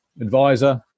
advisor